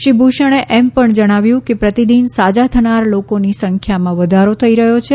શ્રી ભૂષણે એમ પણ જણાવ્યું કે પ્રતિદિન સાજા થનારા લોકોની સંખ્યામાં વધારો થઇ રહ્યો છે